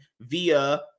via